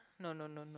no no no no